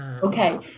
Okay